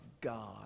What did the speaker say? God